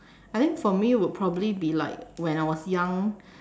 I think for me would probably be like when I was young